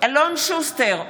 אלון שוסטר,